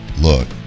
look